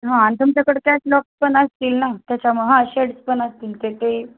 हा आणि तुमच्याकडं कॅटलॉगपण असतील ना त्याच्यामुळं हा शेडस् पण असतील ते